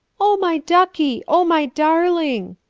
oh, my ducky! oh, my darling!